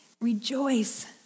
rejoice